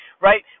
right